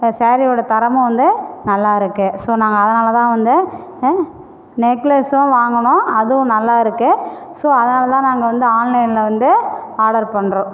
இப்போ ஸேரீயோட தரமும் வந்து நல்லா இருக்குது ஸோ நாங்கள் அதனால் தான் வந்து நெக்லஸும் வாங்குனோம் அதுவும் நல்லா இருக்குது ஸோ அதனால் தான் நாங்கள் வந்து ஆன்லைனில் வந்து ஆடர் பண்ணுறோம்